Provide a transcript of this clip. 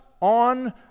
on